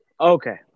Okay